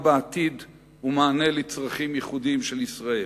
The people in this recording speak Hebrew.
בעתיד ומענה לצרכים ייחודיים של ישראל.